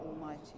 Almighty